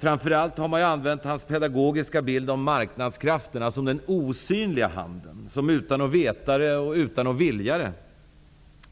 Framför allt har man använt hans pedagogiska bild om marknadskrafterna som den osynliga handen, som utan att veta det och utan att vilja det